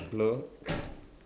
hello